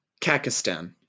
Kakistan